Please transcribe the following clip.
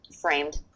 framed